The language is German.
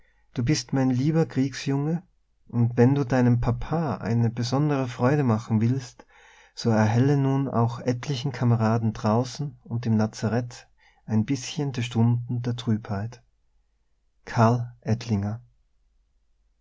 du bist mein lieber kriegsjunge und wenn du deinem papa eine besondere freude machen willst so erhelle nun auch etlichen kameraden draußen und im lazarett ein bißchen die stunden der trübheit karl